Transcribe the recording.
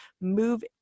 move